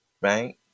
right